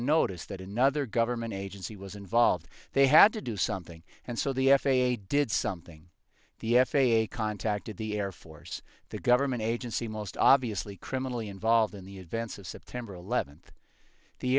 notice that another government agency was involved they had to do something and so the f a a did something the f a a contacted the air force the government agency most obviously criminally involved in the events of september eleventh the